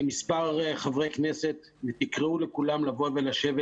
מספר חברי כנסת, תקראו לכולם לבוא ולשבת